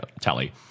tally